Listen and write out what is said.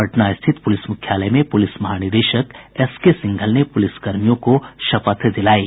पटना स्थित पुलिस मुख्यालय में पुलिस महानिदेशक एस के सिंघल ने पुलिस कर्मियों को शपथ दिलायी